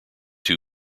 two